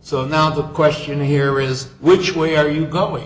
so now the question here is which way are you going